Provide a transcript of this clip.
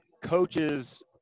coaches